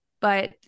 but-